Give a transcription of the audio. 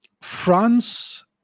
France